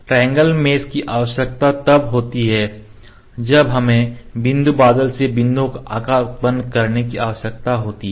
triangle mesh की आवश्यकता तब होती है जब हमें बिंदु बादल से बिंदुओं के आकार का उत्पादन करने की आवश्यकता होती है